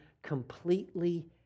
Completely